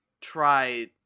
try